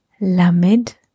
lamed